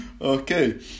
Okay